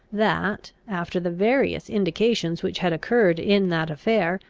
that, after the various indications which had occurred in that affair,